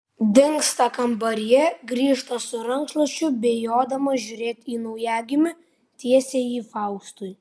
dingsta kambaryje grįžta su rankšluosčiu bijodama žiūrėti į naujagimį tiesia jį faustui